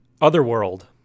Otherworld